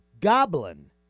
goblin